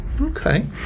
Okay